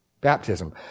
baptism